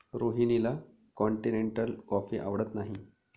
रोहिणीला continental coffee आवडत नाही